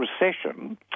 Recession